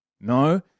No